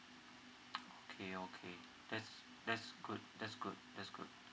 okay okay that's that's good that's good that's good